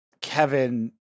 Kevin